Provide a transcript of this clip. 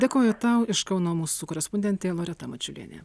dėkoju tau iš kauno mūsų korespondentė loreta mačiulienė